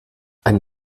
ein